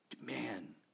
Man